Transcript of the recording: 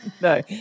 No